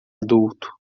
adulto